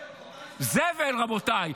זבל, רבותיי.